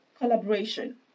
collaboration